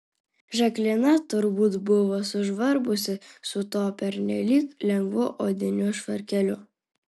žaklina turbūt buvo sužvarbusi su tuo pernelyg lengvu odiniu švarkeliu